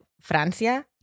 Francia